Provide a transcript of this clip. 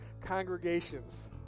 congregations